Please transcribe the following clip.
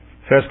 first